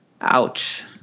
ouch